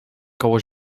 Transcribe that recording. koło